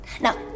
Now